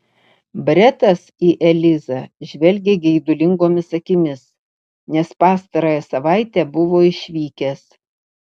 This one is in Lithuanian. bretas į elizą žvelgė geidulingomis akimis nes pastarąją savaitę buvo išvykęs